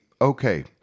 okay